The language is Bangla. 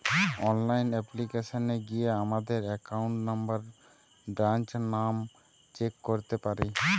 অনলাইন অ্যাপ্লিকেশানে গিয়া আমাদের একাউন্ট নম্বর, ব্রাঞ্চ নাম চেক করতে পারি